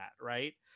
right